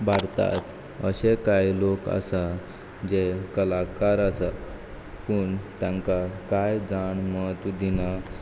भारतांत अशें कांय लोक आसात जे कलाकार आसा पूण तांकां कांय जाण म्हत्व दिना